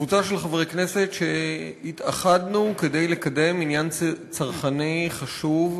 קבוצה של חברי כנסת שהתאחדנו כדי לקדם עניין צרכני חושב.